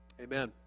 amen